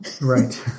right